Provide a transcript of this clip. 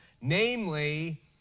Namely